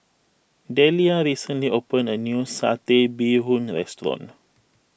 Dellia recently opened a new Satay Bee Hoon restaurant